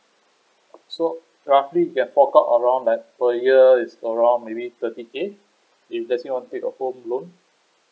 so roughly can fork out around like per year it's around maybe thirty K if let's say I want to take a home loan